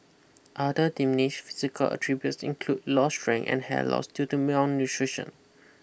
other diminish physical attributes include lost strength and hair loss due to malnutrition